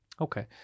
Okay